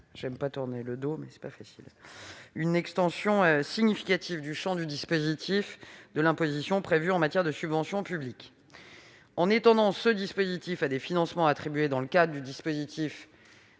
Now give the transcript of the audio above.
une extension significative du dispositif d'imposition prévu en matière de subventions publiques. L'extension de ce dispositif à des financements attribués dans le cadre des